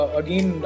again